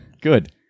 Good